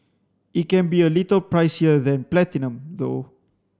it can be a little pricier than Platinum though